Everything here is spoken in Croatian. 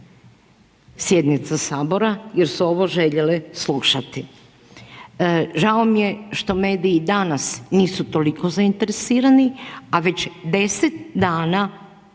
sjednica Sabora jer su ovo željele slušati. Žao mi je što mediji danas nisu toliko zainteresirani a već 10 dana